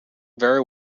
very